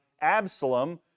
Absalom